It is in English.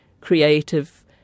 creative